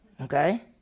Okay